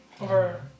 over